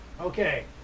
okay